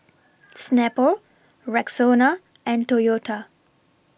Snapple Rexona and Toyota